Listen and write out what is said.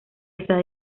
está